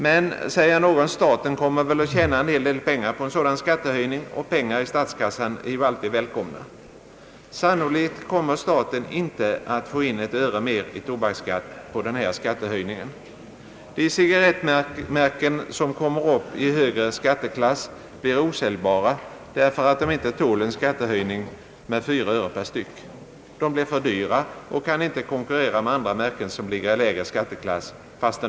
Men, säger någon, staten kommer väl att förtjäna en hel del pengar på en sådan skattehöjning, och pengar i statskassan är ju alltid välkomna. Sannolikt kommer staten inte att få in ett öre mer i tobaksskatt på den här skattehöjningen. De cigarrettmärken som kommer upp i högre skatteklass blir osäljbara därför att de inte tål en skattehöjning med 4 öre per styck. De blir för dyra och kan inte konkurrera med andra märken som ligger i lägre skatteklass.